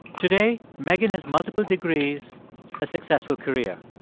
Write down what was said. today, megan has multiple degrees a successful career.